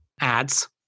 ads